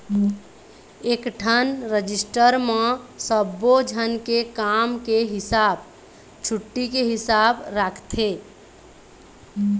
एकठन रजिस्टर म सब्बो झन के काम के हिसाब, छुट्टी के हिसाब राखथे